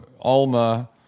alma